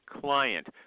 client